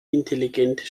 intelligente